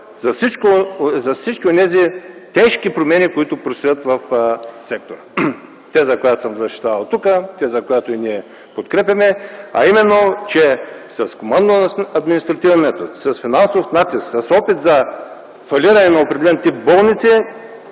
за всички онези тежки промени, които предстоят в сектора. Теза, която съм защитавал тук, теза, която и ние подкрепяме, а именно, че с командно-административен метод, с финансов натиск и с опит за фалиране на определен тип болници